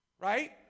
Right